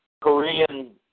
Korean